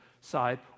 side